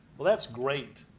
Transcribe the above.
well, that's great,